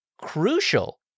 crucial